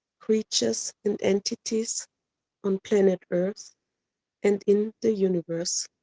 creatures and entities on planet earth and in the universe.